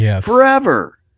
forever